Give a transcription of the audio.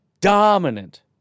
Dominant